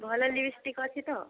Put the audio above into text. ଭଲ ଲିପଷ୍ଟିକ୍ ଅଛି ତ